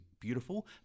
beautiful